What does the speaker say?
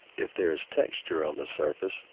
if there is texture on the surface,